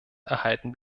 erhalten